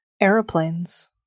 aeroplanes